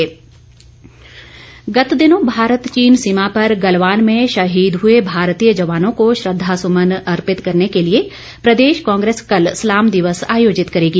कांग्रेस गत दिनों भारत चीन सीमा पर गलवान में शहीद हुए भारतीय जवानों को श्रद्वासुमन अर्पित करने के लिए प्रदेश कांग्रेस कल सलाम दिवस आयोजित करेगी